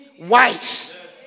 wise